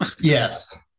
yes